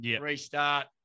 restart